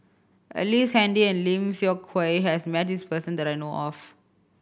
Ellice Handy and Lim Seok Hui has met this person that I know of